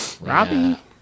Robbie